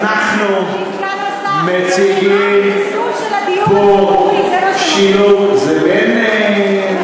אנחנו מציגים, חבר הכנסת שמולי.